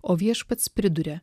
o viešpats priduria